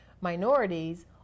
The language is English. minorities